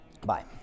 Bye